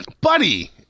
Buddy